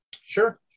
Sure